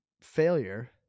failure